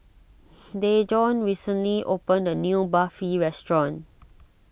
Dejon recently opened a new Barfi restaurant